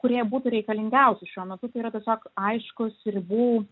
kurie būtų reikalingiausi šiuo metu tai yra tiesiog aiškus ribų